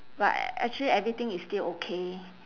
but actually everything is still okay